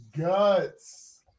guts